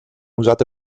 usate